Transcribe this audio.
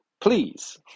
Please